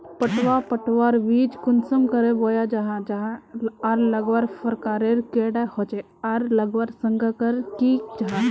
पटवा पटवार बीज कुंसम करे बोया जाहा जाहा आर लगवार प्रकारेर कैडा होचे आर लगवार संगकर की जाहा?